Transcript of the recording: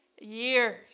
years